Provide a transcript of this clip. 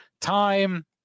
time